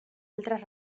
altres